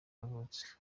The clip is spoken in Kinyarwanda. yavutse